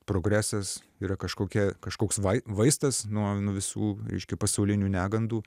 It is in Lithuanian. progresas yra kažkokia kažkoks vaistas nuo nuo visų reiškia pasaulinių negandų